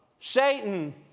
Satan